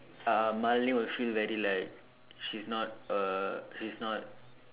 uh Malene will feel very like she's not a she's not